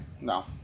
no